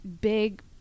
big